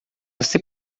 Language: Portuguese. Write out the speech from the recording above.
você